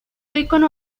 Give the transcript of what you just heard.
icono